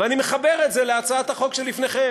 ואני מחבר את זה להצעת החוק שלפניכם,